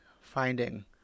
finding